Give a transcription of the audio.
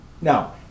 Now